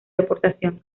deportación